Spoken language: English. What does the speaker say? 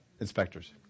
inspectors